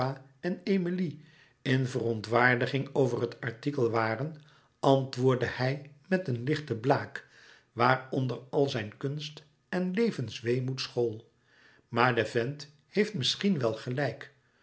en emilie in verontwaardiging over het artikel waren antwoordde hij met een lichte blague waaronder al zijn kunst en levensweemoed school maar de vent heeft misschien wel gelijk